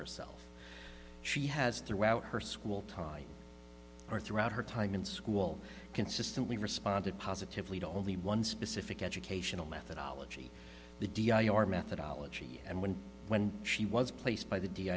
herself she has throughout her school tie or throughout her time in school consistently responded positively to only one specific educational methodology the d i r methodology and when when she was placed by the d